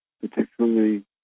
particularly